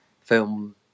film